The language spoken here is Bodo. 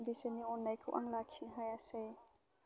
बिसोरनि अन्नायखौ आं लाखिनो हायासै